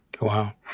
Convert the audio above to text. Wow